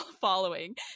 following